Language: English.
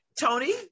Tony